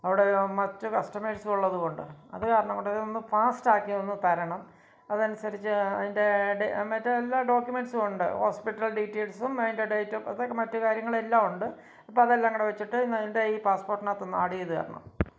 അവിടെ മറ്റ് കസ്റ്റമേഴ്ള്ളസുള്ളതുകൊണ്ട് അത് കാരണങ്കൊണ്ട് ഇതൊന്ന് ഫാസ്റ്റാക്കി ഒന്ന് തരണം അതനുസരിച്ച് അതിന്റെ മറ്റേ എല്ലാ ഡോക്യൂമെൻസ്സുമുണ്ട് ഹോസ്പിറ്റൽ ഡീറ്റേയ്ൽസും അതിൻ്റെ ഡേറ്റ് ഓഫ് അത് മറ്റ് കാര്യങ്ങളെല്ലാമുണ്ട് അപ്പോള് അതെല്ലാങ്കൂടെ വച്ചിട്ട് എൻ്റെയീ പാസ്പ്പോട്ടിനകത്തൊന്ന് ആഡ് ചെയ്തുതരണം